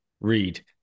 read